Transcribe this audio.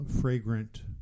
fragrant